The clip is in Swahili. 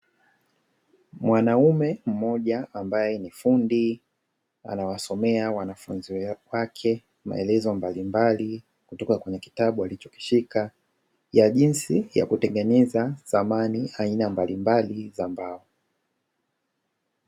Mwanaume mmoja ambaye ni fundi. Anawasomea wanafunzi wake maelezo mbalimbali kutoka kwenye kitabu alichokishika, ya jinsi ya kutengeneza samani aina mbalimbali za mbao.